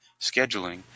scheduling